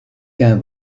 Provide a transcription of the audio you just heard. qu’un